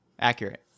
Accurate